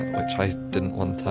which i didn't want